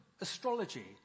Astrology